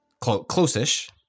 Close-ish